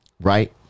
Right